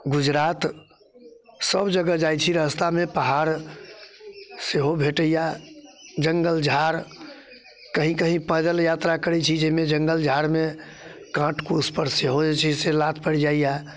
गुजरात सब जगह जाइ छी रास्तामे पहाड़ सेहो भेटैये जङ्गल झाड़ कहीं कहीं पैदल यात्रा करै छी जाहिमे जङ्गल झाड़मे काँट कूटपर सेहो जे छै से लात पड़ि जाइए